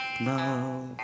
now